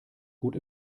gut